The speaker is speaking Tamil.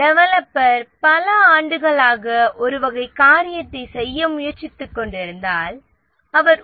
டெவலப்பர் பல ஆண்டுகளாக ஒரு வகை காரியத்தைச் செய்ய திறன் வகையும் இல்லாமல் டெவலப்பரானவர்